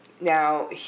Now